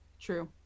True